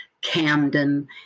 Camden